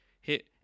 hit